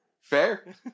Fair